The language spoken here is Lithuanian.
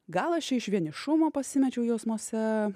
gal aš čia iš vienišumo pasimečiau jausmuose